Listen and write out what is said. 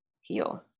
heal